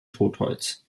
totholz